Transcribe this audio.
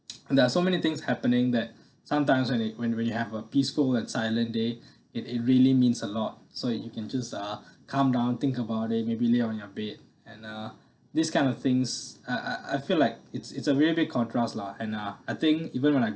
and there're so many things happening that sometimes when it when when you have a peaceful and silent day it it really means a lot so you can just uh calm down think about it maybe lay on your bed and uh this kind of things I I I feel like it's it's a really big contrast lah and uh I think even when I